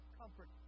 comfort